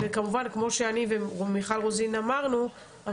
וכמובן כמו שאני ומיכל רוזין אמרנו,